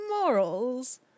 morals